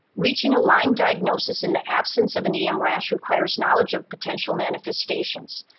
reaching a lyme diagnosis in the absence of an em rash requires knowledge of potential manifestations.